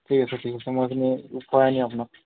ঠিক আছে ঠিক আছে মই সেইখিনি কৰাই আনিম আপোনাক